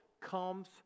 comes